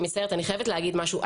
אני חייבת לומר משהו.,